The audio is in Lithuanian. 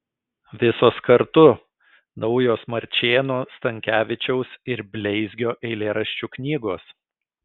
visos kartu naujos marčėno stankevičiaus ir bleizgio eilėraščių knygos